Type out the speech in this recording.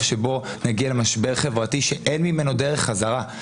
שבו נגיע למשבר חברתי שממנו אין דרך חזרה.